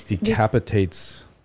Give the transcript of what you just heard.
decapitates